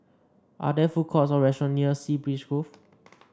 are there food courts or restaurant near Sea Breeze Grove